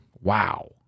Wow